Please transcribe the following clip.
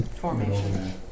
formation